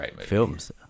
films